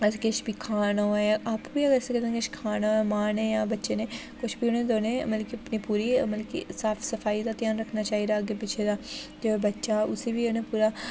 अस किश बी खाना होऐ जां आपें बी अगर असें किश खाना होऐ मां ने जां बच्चे ने कुछ बी उ'नें दौनें मतलब अपनी पूरी मतलब कि साफ सफाई दा ध्यान रखना चाहि्दा अग्गें पिच्छें दा बच्चा उसी बी उ'नें पूरा